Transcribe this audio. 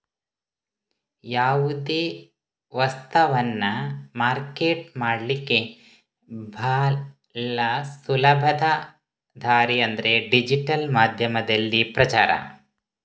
ಯಾವುದೇ ವಸ್ತವನ್ನ ಮಾರ್ಕೆಟ್ ಮಾಡ್ಲಿಕ್ಕೆ ಭಾಳ ಸುಲಭದ ದಾರಿ ಅಂದ್ರೆ ಡಿಜಿಟಲ್ ಮಾಧ್ಯಮದಲ್ಲಿ ಪ್ರಚಾರ